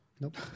Nope